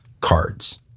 cards